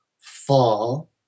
fall